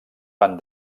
van